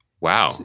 Wow